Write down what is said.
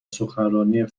سخنرانی